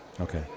Okay